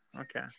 Okay